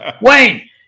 Wayne